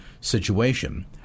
situation